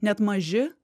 net maži